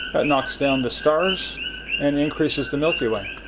knocks down the stars and increases the milky way.